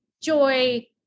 joy